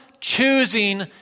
choosing